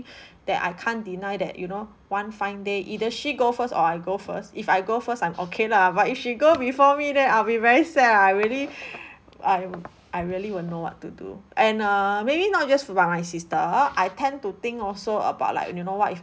that I can't deny that you know one fine day either she go first or I go first if I go first I'm okay lah but if she go before me then I'll be very sad ah I really I'm I really won't know what to do and err maybe not just about my sister I tend to think also about like you know what if